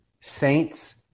Saints